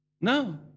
No